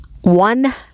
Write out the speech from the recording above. one